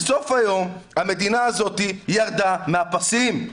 בסוף היום המדינה הזאת ירדה מהפסים.